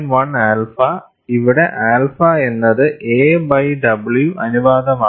1 alpha ഇവിടെ alpha എന്നത് a by w അനുപാതമാണ്